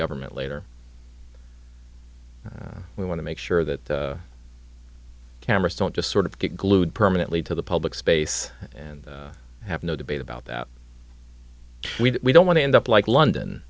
government later we want to make sure that cameras don't just sort of get glued permanently to the public space and have no debate about that we don't want to end up like london